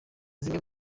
zimwe